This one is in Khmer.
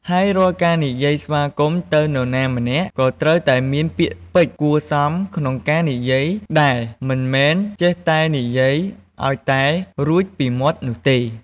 ហើយរាល់ការនិយាយស្វាគមន៍ទៅនរណាម្នាក់ ក៏ត្រូវតែមានពាក្យពេចន៍គួរសមក្នុងការនិយាយដែរមិនមែនចេះតែនិយាយអោយតែរួចពីមាត់នោះទេ។